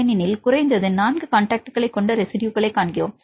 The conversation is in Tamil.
ஏனென்றால் குறைந்தது 4 காண்டாக்ட்களைக் கொண்ட ரெஸிட்யுக்களைக் காண்கிறோம்